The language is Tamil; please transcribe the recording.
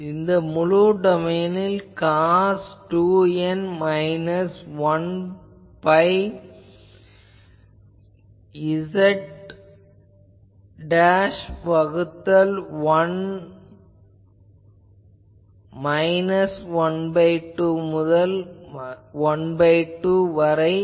இப்போது முழு டொமைனில் cos 2n minus 1 by z வகுத்தல் 1 12 முதல் ½ வரை z க்கு